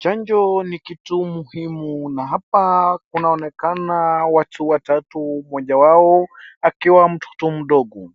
Chanjo ni kitu muhimu na hapa kunaonekana watu watatu, mmoja wao akiwa mtoto mdogo.